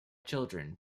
children